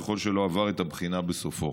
ככל שלא עבר את הבחינה בסופו.